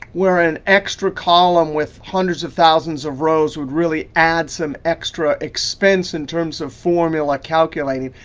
where an extra column with hundreds of thousands of rows would really add some extra expense in terms of formula calculating,